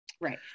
right